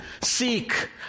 seek